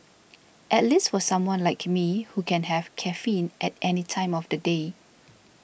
at least for someone like me who can have caffeine at any time of the day